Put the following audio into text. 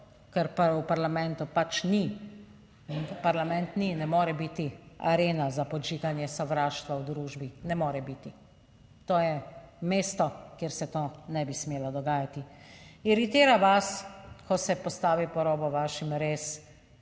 ker v parlamentu pač ni in parlament ni, ne more biti arena za podžiganje sovraštva v družbi. Ne more biti. To je mesto, kjer se to ne bi smelo dogajati. Iritira vas, ko se postavi po robu vašim res